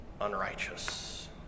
unrighteous